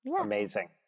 amazing